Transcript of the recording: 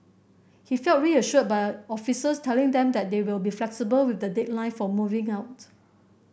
he felt reassured by officers telling them that they will be flexible with the deadline for moving out